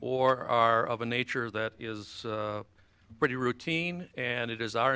or are of a nature that is pretty routine and it is our